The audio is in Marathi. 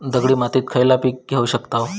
दगडी मातीत खयला पीक घेव शकताव?